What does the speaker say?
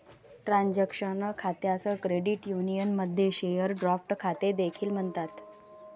transaction खात्यास credit युनियनमध्ये share draft खाते देखील म्हणतात